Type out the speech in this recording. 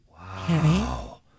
Wow